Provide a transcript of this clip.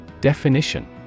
Definition